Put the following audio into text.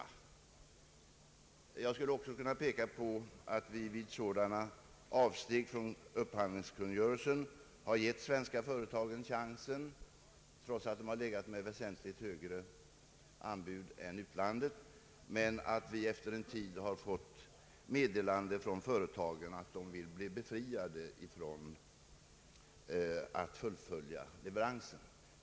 Men jag bör kanske också nämna att det förekommit fall då vi gjort avsteg från upphandlingskungörelsen, för att ge svenska företag chansen att få beställningen, trots att de inkommit med väsentligt högre anbud än utlandet, men där vi efter en tid fått meddelande från företagen i fråga att de önskade bli befriade från fullföljandet av leveransen.